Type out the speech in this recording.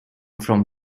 from